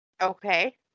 Okay